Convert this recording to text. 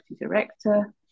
director